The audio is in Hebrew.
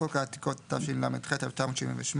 העתיקות" חוק העתיקות, התשל"ח-1978,